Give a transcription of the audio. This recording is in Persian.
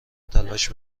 تلاش